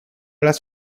las